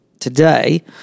Today